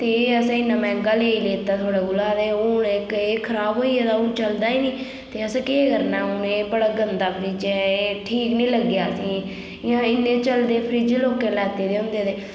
ते एह् असें इन्ना मैंह्गा लेई लैता थुआड़े कोला ते हून इक एह् खराब होई जंदा हून चलदा नी ते असें केह् करना हून एह् बड़ा गंदा फ्रिज ऐ एह् ठीक नी लग्गेआ असेंगी इयां इन्ने चलदे फ्रिज लोकें लैते दे होंदे